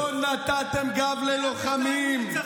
102 נרצחים.